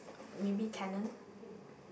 maybe Canon